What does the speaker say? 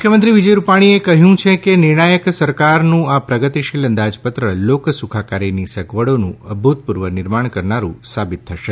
મુખ્યમંત્રી વિજય રૂપાણીએ કહ્યું છે કે નિર્ણાયક સરકારનું આ પ્રગતિશીલ અંદાજપત્ર લોકસુખાકારીની સગવડોનું અભૂતપૂર્વ નિર્માણ કરનારું સાબિત થશે